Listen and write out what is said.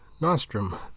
Nostrum